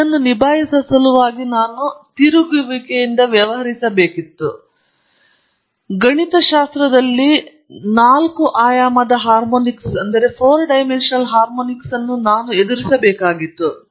ಮತ್ತು ಇದನ್ನು ನಿಭಾಯಿಸುವ ಸಲುವಾಗಿ ನಾನು ತಿರುಗುವಿಕೆಯೊಂದಿಗೆ ವ್ಯವಹರಿಸಬೇಕು ಮತ್ತು ಗಣಿತಶಾಸ್ತ್ರದಲ್ಲಿ ನಾಲ್ಕು ಆಯಾಮದ ಹಾರ್ಮೋನಿಕ್ಸ್ಗಳನ್ನು ನಾನು ಎದುರಿಸಬೇಕಾಗಿತ್ತು